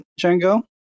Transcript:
Django